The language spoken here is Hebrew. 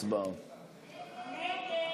ובאי-ודאות,